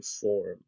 form